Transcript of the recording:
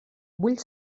vull